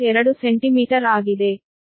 2 centimetre ಆಗಿದೆ